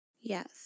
Yes